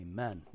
Amen